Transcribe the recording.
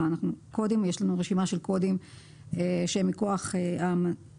יש לנו רשימה של קודים שהם מכוח אמנות.